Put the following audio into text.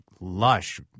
lush